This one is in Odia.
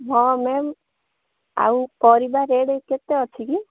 ହଁ ମ୍ୟାମ୍ ଆଉ ପରିବା ରେଟ୍ କେତେ ଅଛି କି